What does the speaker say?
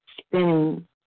spinning